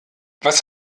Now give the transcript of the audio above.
was